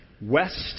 west